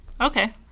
okay